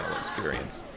experience